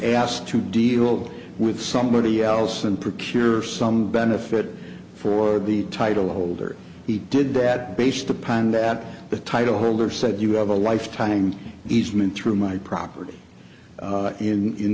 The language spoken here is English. asked to deal with somebody else and procure some benefit for the title holder he did that based upon that the title holder said you have a lifetime easement through my property in in